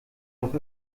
auch